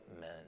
men